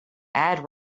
add